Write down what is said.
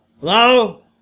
Hello